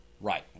Right